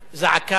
זעקה כאן,